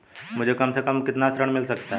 मुझे कम से कम कितना ऋण मिल सकता है?